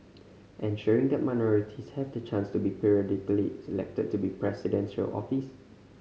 ensuring that minorities have the chance to be periodically elected to Presidential office